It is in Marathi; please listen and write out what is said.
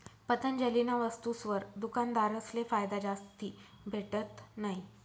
पतंजलीना वस्तुसवर दुकानदारसले फायदा जास्ती भेटत नयी